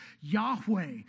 Yahweh